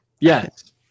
yes